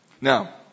Now